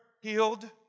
healed